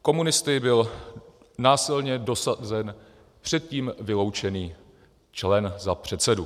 Komunisty byl násilně dosazen předtím vyloučený člen za předsedu.